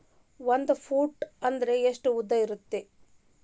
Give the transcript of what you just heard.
ಒಂದು ಫೂಟ್ ಅಂದ್ರೆ ಎಷ್ಟು ಉದ್ದ ಇರುತ್ತದ?